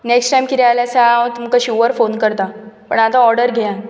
next time कितेय आसल्यार हांव तुमकां श्युअर फॉन करता पूण आतां ऑर्डर परत घेयात